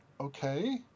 okay